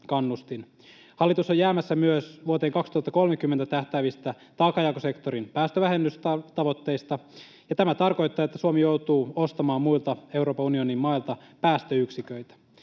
Hallitus on jäämässä myös vuoteen 2030 tähtäävistä taakanjakosektorin päästövähennystavoitteista, ja tämä tarkoittaa, että Suomi joutuu ostamaan muilta Euroopan unionin mailta päästöyksiköitä.